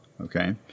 Okay